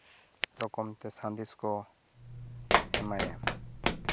ᱨᱚᱠᱚᱢ ᱛᱮ ᱥᱟᱸᱫᱮᱥ ᱠᱚ ᱮᱢᱟᱭᱟ